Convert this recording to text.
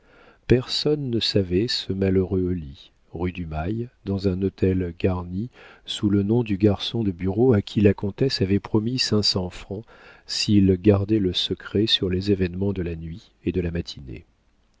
personne ne savait ce malheureux au lit rue du mail dans un hôtel garni sous le nom du garçon de bureau à qui la comtesse avait promis cinq cents francs s'il gardait le secret sur les événements de la nuit et de la matinée